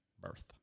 birth